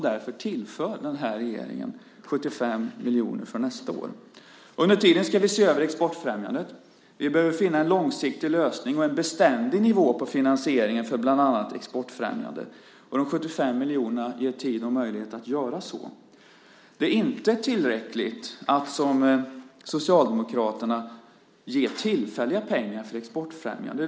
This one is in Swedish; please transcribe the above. Därför tillför den här regeringen 75 miljoner för nästa år. Under tiden ska vi se över exportfrämjandet. Vi behöver finna en långsiktig lösning och en beständig nivå på finansieringen för bland annat exportfrämjande. De 75 miljonerna ger tid och möjlighet att göra så. Det är inte tillräckligt att som Socialdemokraterna ge tillfälliga pengar för exportfrämjande.